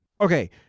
Okay